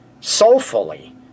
soulfully